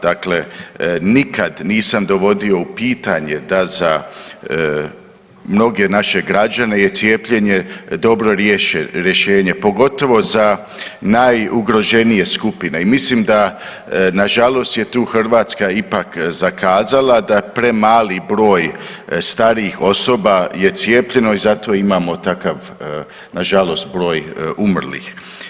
Dakle, nikad nisam dovodio u pitanje da za mnoge naše građane je cijepljenje dobro rješenje pogotovo za najugroženije skupine i mislim da nažalost je tu Hrvatska ipak zakazala da premali broj starijih osoba je cijepljeno i zato imamo takav nažalost broj umrlih.